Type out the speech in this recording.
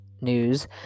news